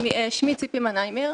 שמי ציפי מנהיימר,